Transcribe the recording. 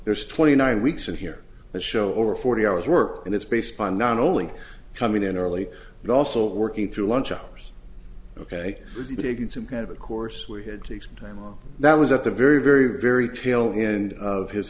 there's twenty nine weeks in here that show over forty hours work and it's based upon not only coming in early but also working through lunch hours ok to begin some kind of a course we had to explain why that was at the very very very tail end of his